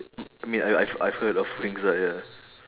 I mean I I've I've heard of wings ah ya